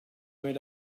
went